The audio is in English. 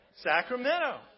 Sacramento